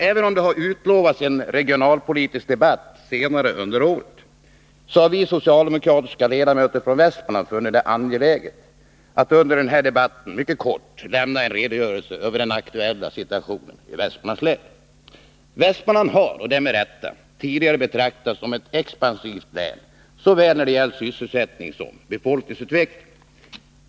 Även om det har utlovats en regionalpolitisk debatt senare under året har vi socialdemokratiska ledamöter från Västmanlands län funnit det angeläget att under denna debatt i korthet lämna en redogörelse över den aktuella situationen i länet. Västmanlands län har — och det med rätta — tidigare betraktats som ett expansivt län när det gällt såväl sysselsättning som befolkningsutveckling.